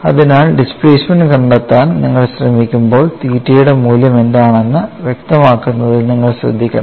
അതിനാൽ ഡിസ്പ്ലേസ്മെൻറ് കണ്ടെത്താൻ നിങ്ങൾ ശ്രമിക്കുമ്പോൾ തീറ്റയുടെ മൂല്യം എന്താണ് എന്ന് വ്യക്തമാക്കുന്നതിൽ നിങ്ങൾ ശ്രദ്ധിക്കണം